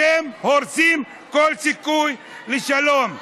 אתם הורסים כל סיכוי לשלום.